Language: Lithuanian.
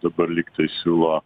dabar lygtai siūlo